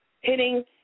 hitting